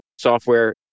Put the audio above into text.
software